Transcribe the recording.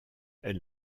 elle